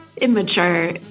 immature